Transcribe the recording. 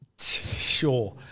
Sure